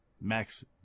max